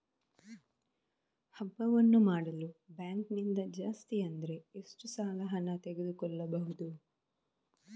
ಹಬ್ಬವನ್ನು ಮಾಡಲು ಬ್ಯಾಂಕ್ ನಿಂದ ಜಾಸ್ತಿ ಅಂದ್ರೆ ಎಷ್ಟು ಸಾಲ ಹಣ ತೆಗೆದುಕೊಳ್ಳಬಹುದು?